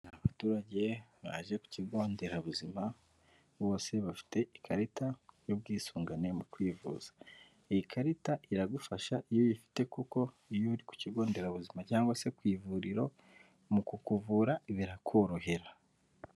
Abaturage baje ku kigonderabuzima, bose bafite ikarita y'ubwisungane mu kwivuza, iyi karita iragufasha iyo uyifite kuko iyo uri ku kigonderabuzima cyangwa se ku ivuriro mu kukuvura birakorohera.